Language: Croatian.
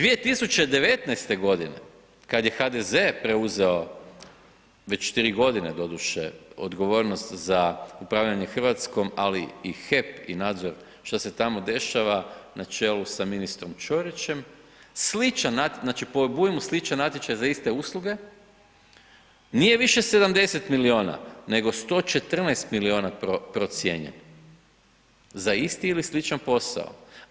2019. g. kada je HDZ preuzeo već 3 g. doduše, odgovornost za upravljanje Hrvatskom, ali i HEP i nadzor, što se tamo dešava na čelu s ministrom Čorićem, sličan, znači po obujmu slučaj natječaj za iste usluge, nije više 70 milijuna, nego 114 milijuna procijenjen, za isti ili sličan posao.